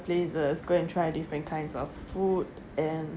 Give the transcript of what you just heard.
places go and try different kinds of food and